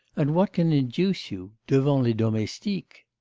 and what can induce you. devant les domestiques